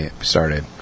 started